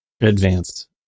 advanced